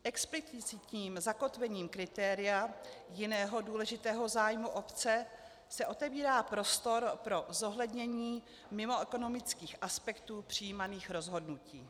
Explicitním zakotvením kritéria jiného důležitého zájmu obce se otevírá prostor pro zohlednění mimoekonomických aspektů přijímaných rozhodnutí.